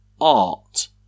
art